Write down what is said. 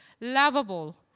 lovable